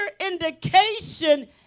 indication